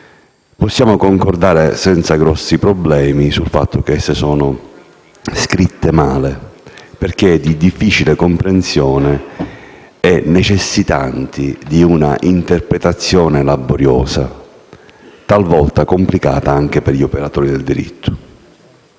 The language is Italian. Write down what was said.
possiamo concordare, senza grandi problemi, sul fatto che esse sono scritte male, perché di difficile comprensione e necessitanti di un'interpretazione laboriosa, talvolta complicata anche per gli operatori del diritto.